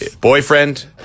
boyfriend